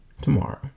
tomorrow